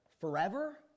forever